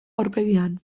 aurpegian